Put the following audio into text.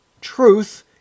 truth